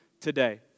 today